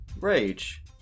rage